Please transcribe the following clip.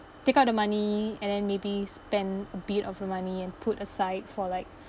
take out the money and then maybe spend a bit of the money and put aside for like